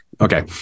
okay